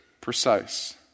precise